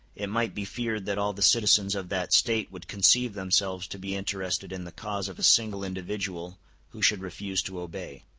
it might be feared that all the citizens of that state would conceive themselves to be interested in the cause of a single individual who should refuse to obey.